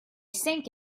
sank